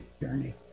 journey